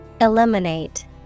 Eliminate